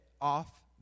off